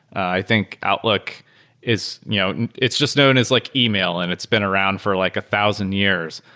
i think outlook is you know it's just known as like email and it's been around for like a thousand years.